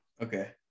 Okay